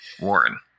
Warren